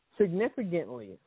Significantly